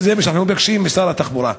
זה מה שאנחנו מבקשים משר התחבורה.